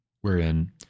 wherein